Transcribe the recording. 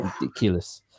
Ridiculous